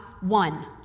one